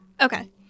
Okay